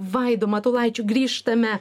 vaidu matulaičiu grįžtame